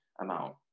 amount